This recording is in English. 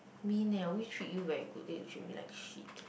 mean leh I always treat you very good then you treat me like shit